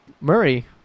Murray